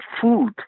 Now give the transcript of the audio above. food